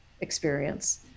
experience